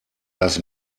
das